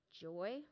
joy